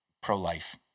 pro-life